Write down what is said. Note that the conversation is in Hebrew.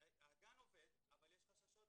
הגן עובד, אבל יש חששות